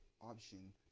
option